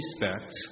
respect